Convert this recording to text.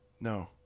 No